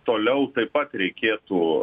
toliau taip pat reikėtų